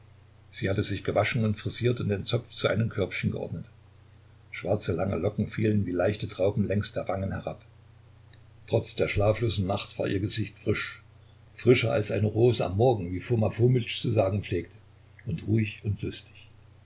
sie hatte sich gewaschen und frisiert und den zopf zu einem körbchen geordnet schwarze lange locken fielen wie leichte trauben längs der wangen herab trotz der schlaflosen nacht war ihr gesicht frisch frischer als eine rose am morgen wie foma fomitsch zu sagen pflegte und ruhig und lustig